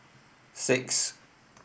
six